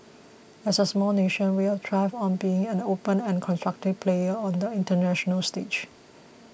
as a small nation we have thrived on being an open and constructive player on the international stage